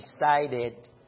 decided